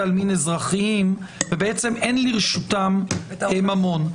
עלמין אזרחיים שלמעשה אין לרשותן ממון.